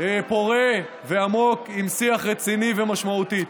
פורה ועמוק עם שיח רציני ומשמעותי.